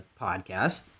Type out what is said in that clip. podcast